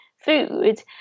food